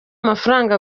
amafaranga